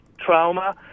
trauma